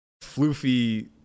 floofy